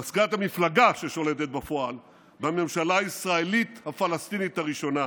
מזכ"ל המפלגה ששולטת בפועל בממשלה הישראלית-הפלסטינית הראשונה.